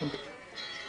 בסדר.